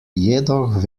jedoch